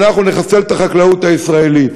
אנחנו נחסל את החקלאות הישראלית,